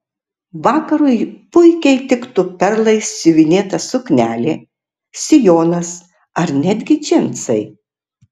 vakarui puikiai tiktų perlais siuvinėta suknelė sijonas ar netgi džinsai